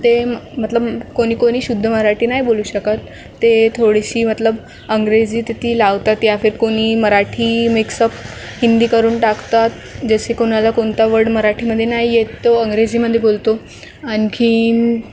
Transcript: ते मतलब कोणी कोणी शुद्ध मराठी नाही बोलू शकत ते थोडीशी मतलब इंग्रजी तिथं लावतात या फिर कोणी मराठी मिक्सअप हिंदी करून टाकतात जसे कोणाला कोणता वर्ड मराठीमध्ये नाही येत तो इंग्रजीमध्ये बोलतो आणखीन